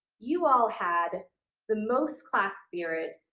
you all had the most class spirit.